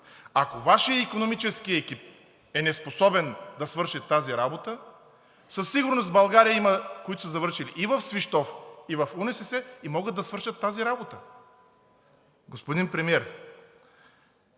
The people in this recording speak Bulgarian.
Ако Вашият икономически екип е неспособен да свърши тази работа, със сигурност в България има, които са завършили и в Свищов, и в УНСС, и могат да свършат тази работа. Господин Премиер,